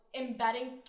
embedding